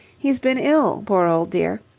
he's been ill, poor old dear.